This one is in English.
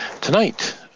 Tonight